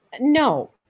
No